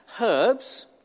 Herbs